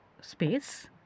space